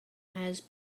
has